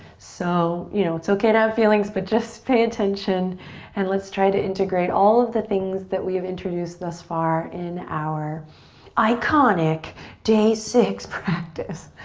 so, you know, it's okay to have feelings, but just pay attention and let's try to integrate all of the things that we have introduced thus far in our iconic day six practice.